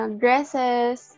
dresses